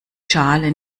schale